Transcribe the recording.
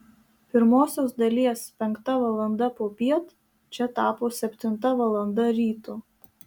pirmosios dalies penkta valanda popiet čia tapo septinta valanda ryto